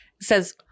says